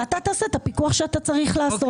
ואתה תעשה את הפיקוח שאתה צריך לעשות.